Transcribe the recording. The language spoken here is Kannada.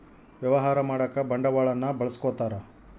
ವ್ಯವಹಾರ ಮಾಡಕ ಬಂಡವಾಳನ್ನ ಬಳಸ್ಕೊತಾರ